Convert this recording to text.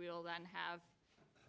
will then have